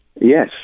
Yes